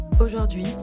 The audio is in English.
Aujourd'hui